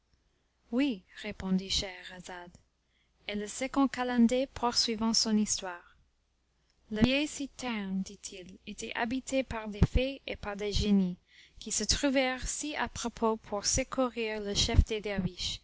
oui répondit scheherazade et le second calender poursuivant son histoire la vieille citerne dit-il était habitée par des fées et par des génies qui se trouvèrent si à propos pour secourir le chef des